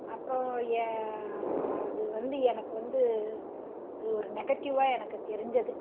அப்புறம் ய அது வந்து எனக்கு வந்து இது ஒரு நெகட்டிவ்வாக எனக்கு தெரிஞ்சது